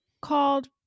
called